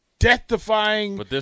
death-defying